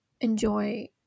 enjoy